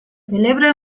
celebra